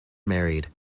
married